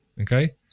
Okay